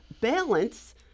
balance